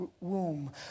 womb